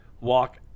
walk